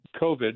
COVID